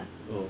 oh